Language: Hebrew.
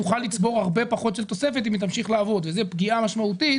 תוכל לצבור הרבה פחות תוספת אם היא תמשיך לעבוד וזו פגיעה משמעותית